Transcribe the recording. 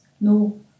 No